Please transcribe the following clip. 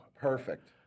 Perfect